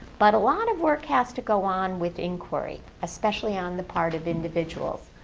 but a lot of work has to go on with inquiry, especially on the part of individuals.